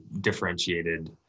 differentiated